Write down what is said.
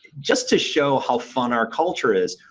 just to show how fun our culture is,